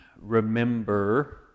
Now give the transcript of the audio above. remember